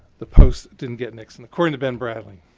the post didn't get nixon. according to ben bradley.